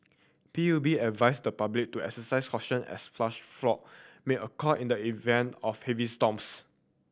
P U B advised the public to exercise caution as flash flood may occur in the event of heavy storms